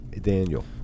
Daniel